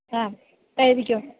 ആ എഴുതിക്കോ